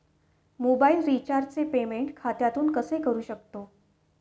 Mobile रिचार्जचे payment खात्यातून कसे करू शकतो?